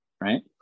right